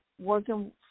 working